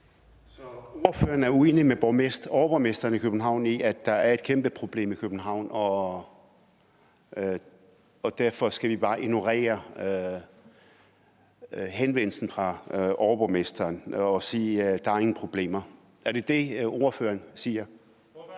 Så ordføreren er uenig med overborgmesteren i København i, at der er et kæmpe problem i København, og derfor skal vi bare ignorere henvendelsen fra overborgmesteren og sige, at der ingen problemer er. Er det det, ordføreren siger?